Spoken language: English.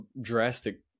drastic